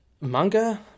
manga